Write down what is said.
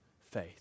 faith